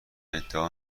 ادعا